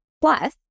plus